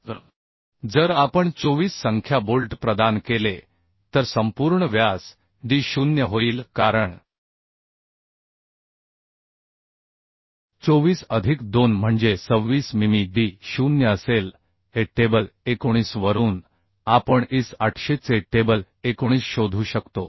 तर जर आपण 24 संख्या बोल्ट प्रदान केले तर संपूर्ण व्यास D0 होईल कारण 24 अधिक 2 म्हणजे 26 मिमी D0 असेल हे टेबल 19 वरून आपण IS 800 चे टेबल 19 शोधू शकतो